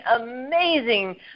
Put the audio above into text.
amazing